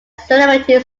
celebrity